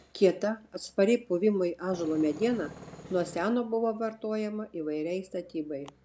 kieta atspari puvimui ąžuolo mediena nuo seno buvo vartojama įvairiai statybai